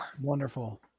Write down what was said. Wonderful